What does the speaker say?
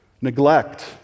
neglect